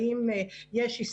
האם יש חשש,